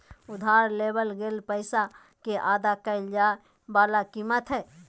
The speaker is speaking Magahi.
उधार लेवल गेल पैसा के अदा कइल जाय वला कीमत हइ